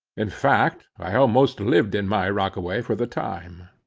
in fact i almost lived in my rockaway for the time.